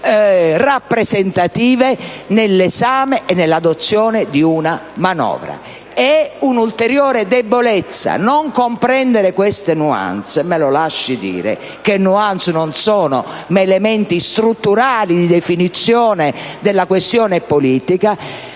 rappresentative nell'esame e nell'adozione di una manovra? È un'ulteriore debolezza. Non comprendere queste *nuance* - me lo lasci dire e aggiungo che *nuance* non sono, bensì elementi strutturali di definizione della questione politica